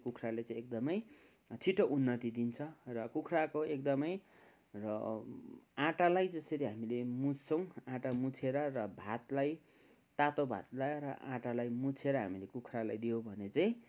त्यो कुखुराले चाहिँ एकदमै छिटो उन्नति दिन्छ र कुखुराको एकदमै र आटालाई जसरी हामीले मुछ्छौँ आटा मुछेर र भातलाई तातो भातलाई र आटालाई मुछेर हामीले कुखुरालाई दियो भने चाहिँ